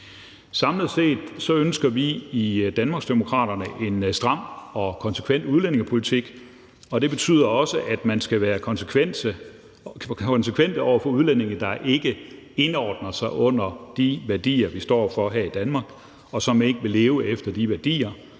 Samlet set ønsker vi i Danmarksdemokraterne en stram og konsekvent udlændingepolitik, og det betyder også, at man skal være konsekvent over for udlændinge, der ikke indordner sig under de værdier, vi står for her i Danmark, og som ikke vil leve efter de værdier,